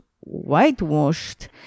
whitewashed